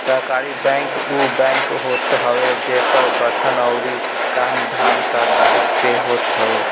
सहकारी बैंक उ बैंक होत हवे जेकर गठन अउरी कामधाम सहकारिता पे होत हवे